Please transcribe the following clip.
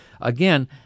again